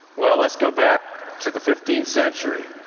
well, lets go back to the fifteenth century.